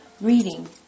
reading